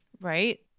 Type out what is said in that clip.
Right